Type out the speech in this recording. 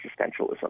existentialism